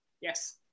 Yes